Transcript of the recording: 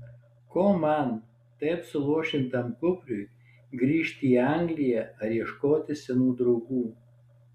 ko man taip suluošintam kupriui grįžti į angliją ar ieškoti senų draugų